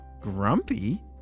Grumpy